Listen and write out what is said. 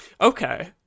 Okay